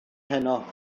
heno